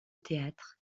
théâtre